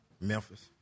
Memphis